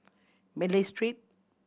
Malay Street